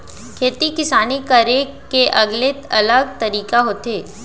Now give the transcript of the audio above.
खेती किसानी करे के अलगे अलग तरीका होथे